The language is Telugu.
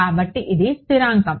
కాబట్టి ఇది స్థిరాంకం